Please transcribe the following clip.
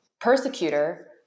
Persecutor